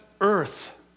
earth